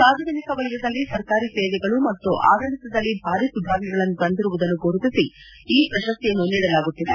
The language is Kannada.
ಸಾರ್ವಜನಿಕ ವಲಯದಲ್ಲಿ ಸರ್ಕಾರಿ ಸೇವೆಗಳು ಮತ್ತು ಆಡಳಿತದಲ್ಲಿ ಭಾರಿ ಸುಧಾರಣೆಗಳನ್ನು ತಂದಿರುವುದನ್ನು ಗುರುತಿಸಿ ಈ ಪ್ರಶಸ್ತಿಯನ್ನು ನೀಡಲಾಗುತ್ತಿದೆ